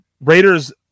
Raiders